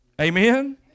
Amen